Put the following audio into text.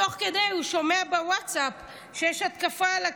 תוך כדי הוא שמע בווטסאפ שיש התקפה על הקיבוץ,